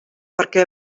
perquè